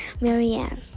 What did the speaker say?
Marianne